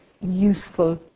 useful